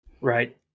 Right